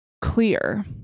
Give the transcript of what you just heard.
clear